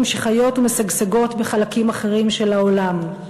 שחיות ומשגשגות בחלקים אחרים של העולם.